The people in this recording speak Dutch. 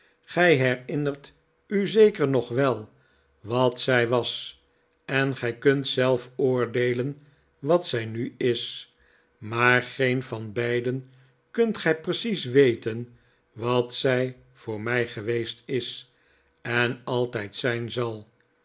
gij herinnert u zeker nog wel wat zij was en gij kunt zelf oordeelen wat zij nu is maar geen van beiden kunt gij precies weten wat zij voor mij geweest is en altijd zijn zal